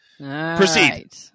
Proceed